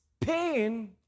Pain